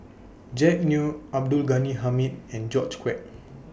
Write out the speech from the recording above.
Jack Neo Abdul Ghani Hamid and George Quek